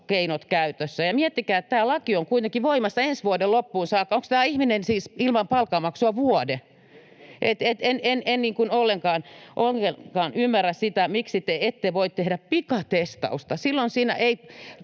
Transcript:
keinot käytössä. Miettikää, että tämä laki on kuitenkin voimassa ensi vuoden loppuun saakka. Onko tämä ihminen siis ilman palkanmaksua vuoden? En ollenkaan ymmärrä sitä, miksi te ette voi tehdä pikatestausta.